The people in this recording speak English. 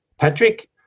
Patrick